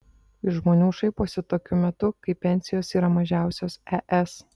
iš žmonių šaiposi tokiu metu kai pensijos yra mažiausios es